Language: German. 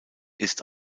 ist